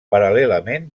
paral·lelament